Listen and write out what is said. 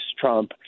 Trump